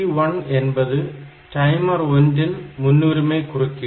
PT1 என்பது timer 1 இன் முன்னுரிமை குறுக்கீடு